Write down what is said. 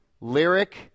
lyric